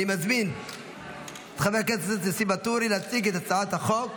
אני מזמין את חבר הכנסת ניסים ואטורי להציג את הצעת החוק.